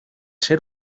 ser